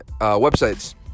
websites